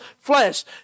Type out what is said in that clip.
flesh